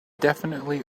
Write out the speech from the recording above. definitely